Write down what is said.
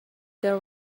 there